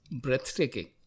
breathtaking